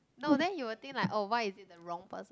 no then he will think like oh why is it the wrong person